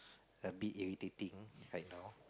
a bit irritating right now